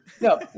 no